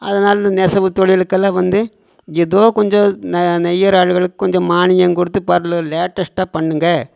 அதனால் இந்த நெசவுத் தொழிலுக்கெல்லாம் வந்து எதோ கொஞ்சம் ந நெய்கிற ஆட்களுக்குக் கொஞ்சம் மானியம் கொடுத்து லேட்டஸ்ட்டாகப் பண்ணுங்கள்